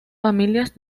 familias